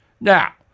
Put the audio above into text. Now